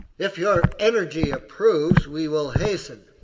if your energy approves, we will hasten,